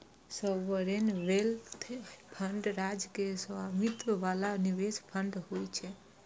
sovereign wealth fund राज्य के स्वामित्व बला निवेश फंड होइ छै